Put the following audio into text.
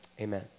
Amen